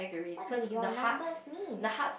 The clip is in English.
what do your numbers mean